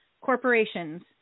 corporations